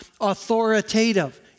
authoritative